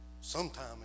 sometime